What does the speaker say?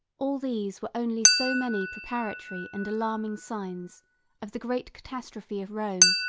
all these were only so many preparatory and alarming signs of the great catastrophe of rome,